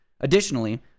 Additionally